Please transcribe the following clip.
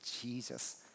Jesus